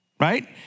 Right